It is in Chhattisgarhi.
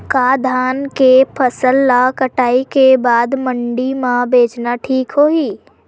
का धान के फसल ल कटाई के बाद मंडी म बेचना ठीक होही?